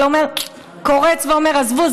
אבל קורץ ואומר: עזבו,